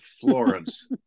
Florence